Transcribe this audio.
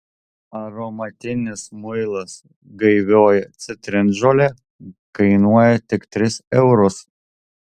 aromatinis muilas gaivioji citrinžolė kainuoja tik tris eurus